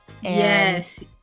Yes